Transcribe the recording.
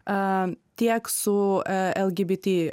a tiek su lgbt